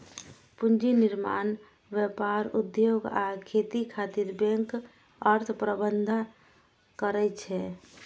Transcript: पूंजी निर्माण, व्यापार, उद्योग आ खेती खातिर बैंक अर्थ प्रबंधन करै छै